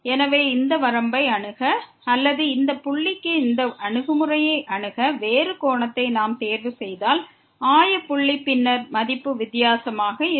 எனவே இந்த வரம்பை அணுக அல்லது இந்த புள்ளிக்கு இந்த அணுகுமுறையை அணுக வேறு கோணத்தை நாம் தேர்வு செய்தால் ஆய புள்ளி பின்னர் மதிப்பு வித்தியாசமாக இருக்கும்